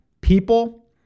people